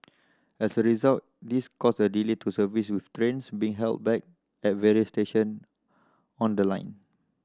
as a result this caused a delay to service with trains being held back at various station on the line